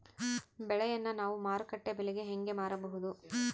ಬೆಳೆಯನ್ನ ನಾವು ಮಾರುಕಟ್ಟೆ ಬೆಲೆಗೆ ಹೆಂಗೆ ಮಾರಬಹುದು?